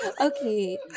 Okay